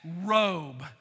robe